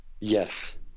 Yes